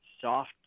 soft